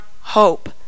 hope